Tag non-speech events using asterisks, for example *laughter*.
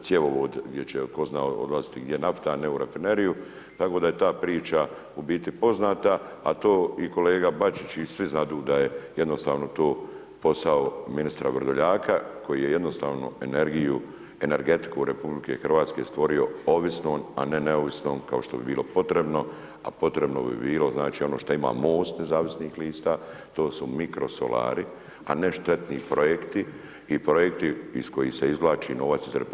cjevovod gdje će ko zna … *unintelligible* nafta, a ne u rafineriju, tako da je ta priča u biti poznata, a to i kolega Bačić i svi znadu da je jednostavno to posao ministra Vrdoljaka, koji je jednostavno energiju, energetiku RH, stvorio ovisnom, a ne neovisnom kao što je bilo potrebno, a potrebno bi bilo ono što ima Most nezavisnih lista, to su mirkosolari, a ne štetni projekti, i projekti iz kojih se izvlači novac iz RH